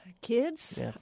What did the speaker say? Kids